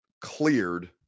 cleared